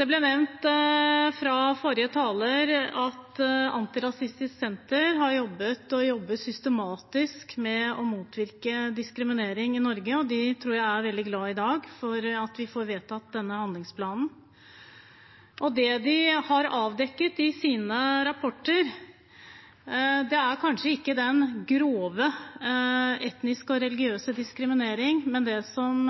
Det ble nevnt av forrige taler at Antirasistisk Senter har jobbet – og jobber – systematisk med å motvirke diskriminering i Norge. De tror jeg er veldig glade i dag for at vi får vedtatt denne handlingsplanen. Det de har avdekket i sine rapporter, er kanskje ikke den grove etniske og religiøse diskrimineringen, men det som